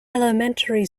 elementary